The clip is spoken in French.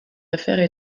affaires